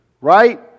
right